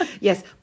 Yes